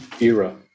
era